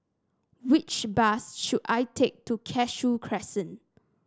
which bus should I take to Cashew Crescent